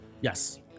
Yes